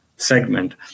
segment